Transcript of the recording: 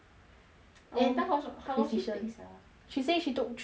and da hua efficient sia how long she take ah she say she took three weekends